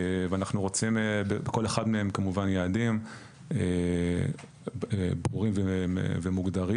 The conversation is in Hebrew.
ואנחנו רוצים בכל אחד מהם כמובן יעדים ברורים ומוגדרים.